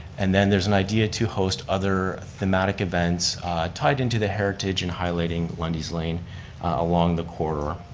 and then there's an idea to host other thematic events tied into the heritage and highlighting lundy's lane along the corridor.